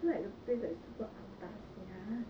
then like the place like super atas ya